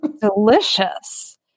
Delicious